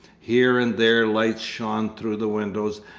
here and there lights shone through the windows,